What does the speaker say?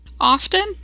Often